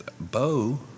Bo